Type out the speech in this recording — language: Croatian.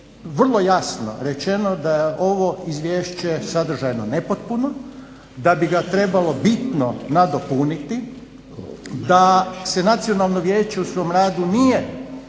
vrlo jasno rečeno da ovo izvješće je sadržajno nepotpuno, da bi ga trebalo bitno nadopuniti, da se Nacionalno vijeće u svom radu nije